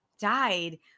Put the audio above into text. died